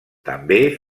també